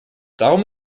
darum